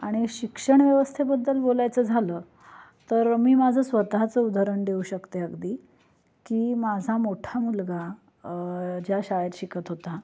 आणि शिक्षणव्यवस्थेबद्दल बोलायचं झालं तर मी माझं स्वतःचं उदाहरण देऊ शकते अगदी की माझा मोठा मुलगा ज्या शाळेत शिकत होता